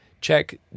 check